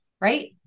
right